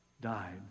died